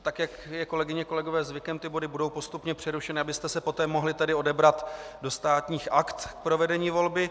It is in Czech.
Tak jak je, kolegyně, kolegové, zvykem, ty body budou postupně přerušeny, abyste se poté mohli odebrat do Státních aktů k provedení volby.